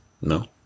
No